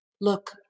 Look